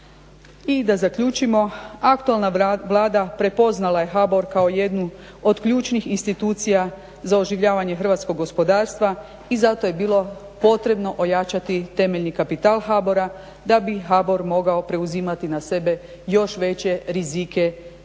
I da zaključimo, aktualna Vlada prepoznala je HBOR kao jednu od ključnih institucija za oživljavanje hrvatskog gospodarstva i zato je bilo potrebno ojačati temeljni kapital HBOR-a da bi HBOR mogao preuzimati na sebe još veće rizike